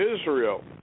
Israel